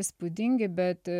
įspūdingi bet